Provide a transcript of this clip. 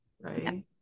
Right